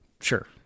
Sure